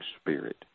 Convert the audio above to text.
spirit